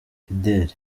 fidele